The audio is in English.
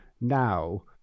now